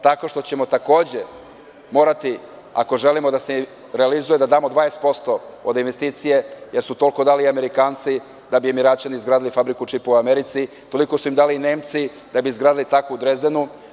Tako što ćemo takođe morati ako želimo da se realizuje da damo 20% od investicije jer su toliko dali i Amerikanci da bi Emiraćani izgradili fabriku čipova u Americi, toliko su im dali i Nemci da bi izgradili takvu u Drezdenu.